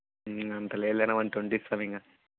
అంత లేదులే అన్న వన్ ట్వంటీ ఇస్తాం ఇంకా